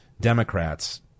Democrats